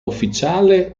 ufficiale